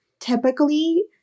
typically